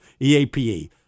EAPE